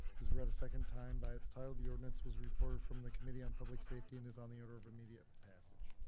read a second time by its title, the ordinance was recorded from the committee on public safety and is on the order of immediate passage.